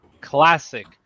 classic